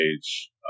age